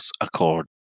Accord